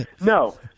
no